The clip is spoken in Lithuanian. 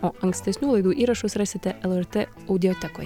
o ankstesnių laidų įrašus rasite lrt audiotekoje